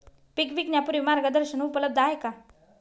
पीक विकण्यापूर्वी मार्गदर्शन उपलब्ध आहे का?